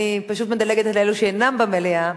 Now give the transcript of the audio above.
אני פשוט מדלגת על אלה שאינם במליאה,